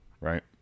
right